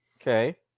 Okay